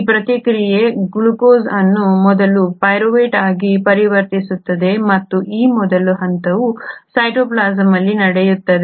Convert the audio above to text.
ಈ ಪ್ರಕ್ರಿಯೆಯು ಗ್ಲೂಕೋಸ್ ಅನ್ನು ಮೊದಲು ಪೈರುವೇಟ್ ಆಗಿ ಪರಿವರ್ತಿಸುತ್ತದೆ ಮತ್ತು ಈ ಮೊದಲ ಹಂತವು ಸೈಟೋಪ್ಲಾಸಂ ಅಲ್ಲಿ ನಡೆಯುತ್ತದೆ